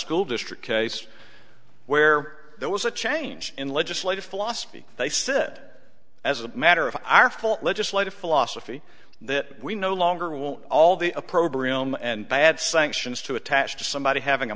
school district case where there was a change in legislative philosophy they said as a matter of our full legislative philosophy that we no longer will all the opprobrium and bad sanctions to attach to somebody having a